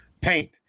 paint